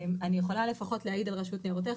אני יכולה לפחות להעיד על רשות ניירות ערך,